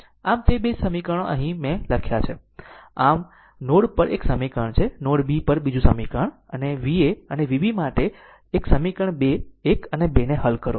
આમ તે 2 સમીકરણો મેં અહીં લખ્યાં છે અહીં નોડ પર એક સમીકરણ છે નોડ b પર બીજું સમીકરણ અને વા Va અને Vb માટે આ સમીકરણ 1 અને 2 હલ કરો